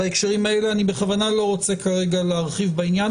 בהקשרים האלה אני בכוונה לא רוצה כרגע להרחיב בעניין,